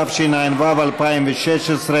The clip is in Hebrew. התשע"ו 2016,